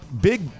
big